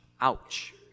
ouch